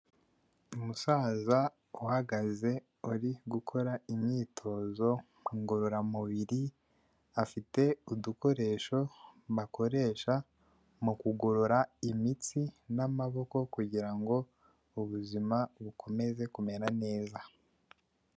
Umusaza uhagaze uri gukora imyitozo ngorora mubiri, afite udukoresho bakoresha mu kugorora imitsi n'amaboko, kugira ngo ubuzima bukomeze kumera neza.